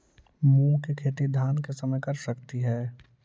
मुंग के खेती धान के समय कर सकती हे?